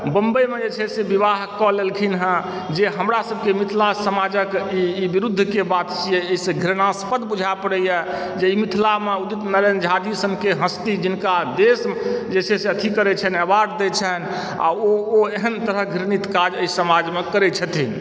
बम्बईमे जे छै से विवाह कऽ लेलखिन हँ जे हमरा सभकेँ मिथिला समाजक ई विरुद्धके बात छियै एहिसे घृणास्पद बुझाइ पड़ैया जे ई मिथिलामे उदित नारायण झाजी सन के हस्ती जिनका देशमे जे छै से एथी करै छनि अवार्ड दै छनि आ ओ एहन तरहक घृणित समाजमे करै छथिन